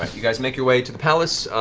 you guys make your way to the palace,